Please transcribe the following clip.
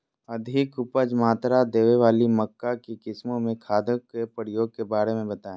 अधिक उपज मात्रा देने वाली मक्का की किस्मों में खादों के प्रयोग के बारे में बताएं?